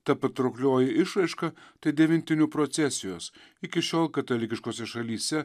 ta patrauklioji išraiška tai devintinių procesijos iki šiol katalikiškose šalyse